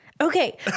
Okay